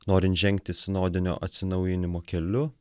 norint žengti sinodinio atsinaujinimo keliu